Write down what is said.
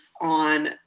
on